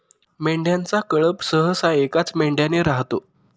मेंढ्यांचा कळप सहसा एकाच मेंढ्याने राहतो